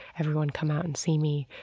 everyone come out and see me.